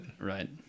right